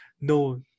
no